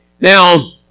Now